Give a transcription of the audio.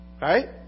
right